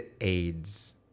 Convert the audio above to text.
aids